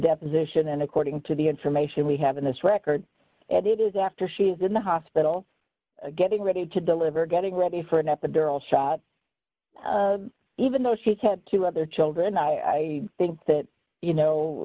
deposition and according to the information we have in this record and it is after she is in the hospital d getting ready to deliver getting ready for an epidural shot even though she had two other children i think that you know